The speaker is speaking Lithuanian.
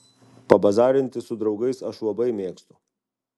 pabazarinti su draugais aš labai mėgstu